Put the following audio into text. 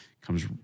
comes